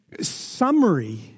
summary